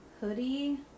hoodie